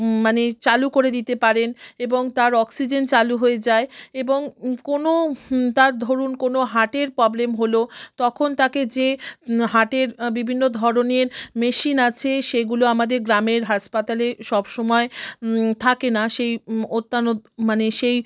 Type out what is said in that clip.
মানে চালু করে দিতে পারেন এবং তার অক্সিজেন চালু হয়ে যায় এবং কোনো তার ধরুন কোনো হাটের প্রবলেম হলো তখন তাকে যে হাটের বিভিন্ন ধরনের মেশিন আছে সেগুলো আমাদের গ্রামের হাসপাতালে সব সময় থাকে না সেই অত্যানু মানে সেই